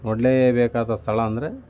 ನೋಡಲೇಬೇಕಾದ ಸ್ಥಳ ಅಂದರೆ